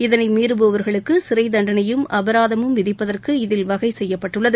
இதனை மீறுபவர்களுக்கு சிறை தண்டனையும் அபராதமும் விதிப்பதற்கு இதில் வகை செய்யப்பட்டுள்ளது